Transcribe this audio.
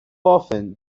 often